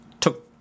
took